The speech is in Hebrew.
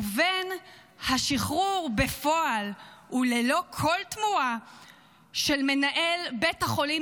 ובין השחרור בפועל וללא כל תמורה של מנהל בית החולים